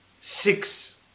six